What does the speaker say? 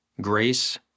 grace